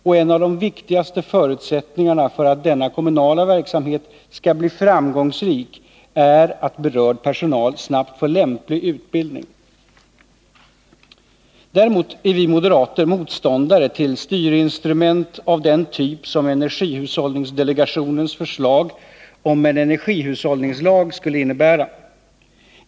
Och en av de viktigaste förutsättningarna för att denna kommunala verksamhet skall bli framgångsrik är att berörd personal snabbt får lämplig utbildning. Däremot är vi moderater motståndare till styrinstrument av den typ som energihushållningsdelegationens förslag om en energihushållningslag skulle innebära.